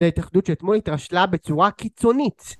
זה ההתאחדות שאתמול התרשלה בצורה קיצונית